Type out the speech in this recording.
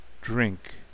drink